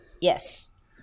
Yes